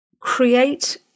create